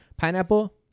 Pineapple